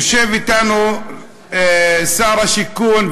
יושב אתנו שר הבינוי והשיכון,